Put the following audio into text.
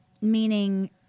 Meaning